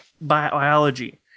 Biology